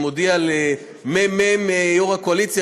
היא לטובת האזרח ואני מודיע למ"מ יו"ר הקואליציה,